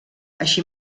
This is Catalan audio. així